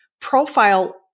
profile